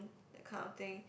that kind of thing